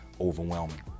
overwhelming